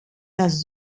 dass